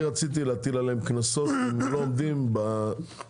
רציתי להטיל עליהם קנסות אם הם לא עומדים בנושא.